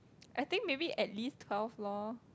I think maybe at least twelve loh